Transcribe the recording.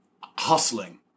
hustling